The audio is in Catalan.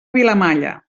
vilamalla